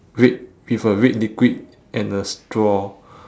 with a red liquid and a straw